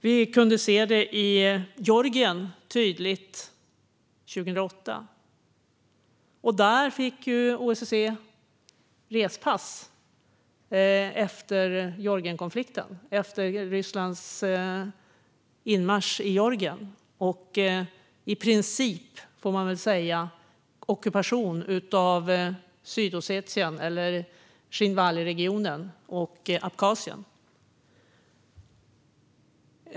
Vi kunde se det tydligt i Georgien 2008. Där fick OSSE respass efter konflikten och Rysslands inmarsch i Georgien. I princip får man väl säga att det var en ockupation av Sydossetien eller Zjinvaliregionen och Abchazien.